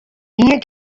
ien